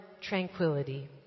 tranquility